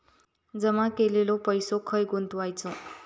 जमा केलेलो पैसो खय गुंतवायचो?